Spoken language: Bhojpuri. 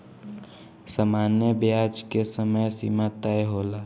सामान्य ब्याज के समय सीमा तय होला